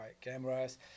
cameras